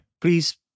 Please